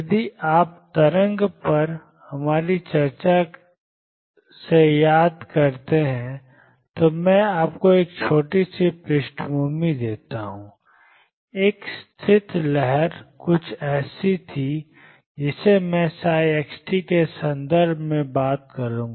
यदि आप तरंग पर हमारी चर्चा से याद करते हैं तो मैं आपको एक छोटी सी पृष्ठभूमि देता हूं एक स्थिर लहर कुछ ऐसी थी जिसे अब मैं ψxt के संदर्भ में बात करूंगा